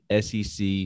SEC